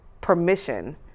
permission